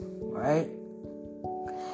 right